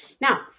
Now